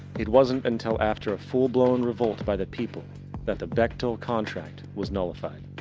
it wasn't until after ah full-blown revolt by the people that the bechtel-contract was nullified.